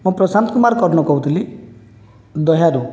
ମୁଁ ପ୍ରଶାନ୍ତ କୁମାର କର୍ଣ କହୁଥିଲି ଦହ୍ୟାରୁ